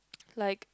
like